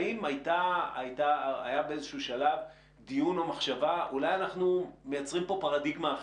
האם היה באיזשהו שלב דיון או מחשבה אולי אנחנו מייצרים פה פרדיגמה אחרת?